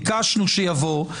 ביקשנו שיבוא,